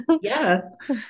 Yes